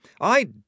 I